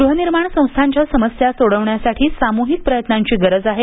गृहनिर्माण संस्थांच्या समस्या सोडवण्यासाठी सामुहिक प्रयत्नांची गरज आहे